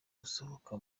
gusohoka